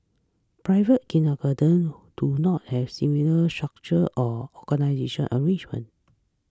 private kindergartens do not have similar structural or organisational arrangements